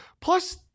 Plus